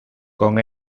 con